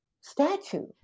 statue